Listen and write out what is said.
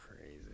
Crazy